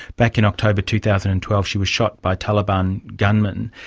back in october two thousand and twelve she was shot by taliban gunmen.